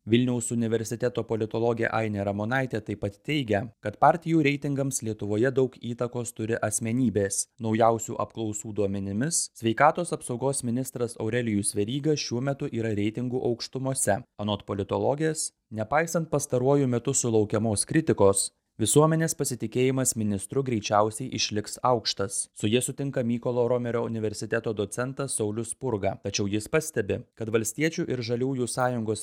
vilniaus universiteto politologė ainė ramonaitė taip pat teigia kad partijų reitingams lietuvoje daug įtakos turi asmenybės naujausių apklausų duomenimis sveikatos apsaugos ministras aurelijus veryga šiuo metu yra reitingų aukštumose anot politologės nepaisant pastaruoju metu sulaukiamos kritikos visuomenės pasitikėjimas ministru greičiausiai išliks aukštas su ja sutinka mykolo romerio universiteto docentas saulius spurga tačiau jis pastebi kad valstiečių ir žaliųjų sąjungos